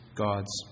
God's